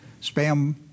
spam